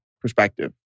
perspective